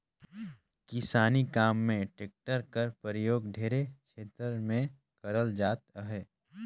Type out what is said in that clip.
किसानी काम मे टेक्टर कर परियोग ढेरे छेतर मे करल जात अहे